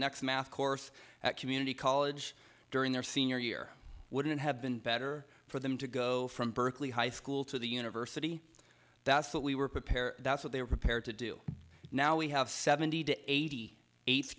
next math course at community college during their senior year wouldn't have been better for them to go from berkeley high school to the university that's what we were prepared that's what they were prepared to do now we have seventy to eighty eighth